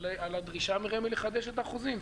על הדרישה מרמ"י לחדש את החוזים.